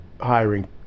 hiring